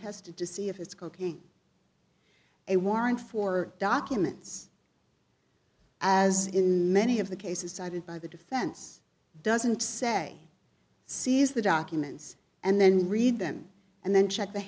tested to see if it's cocaine a warrant for documents as in many of the cases cited by the defense doesn't say seize the documents and then read them and then check the